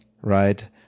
right